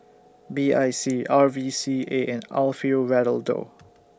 B I C R V C A and Alfio Raldo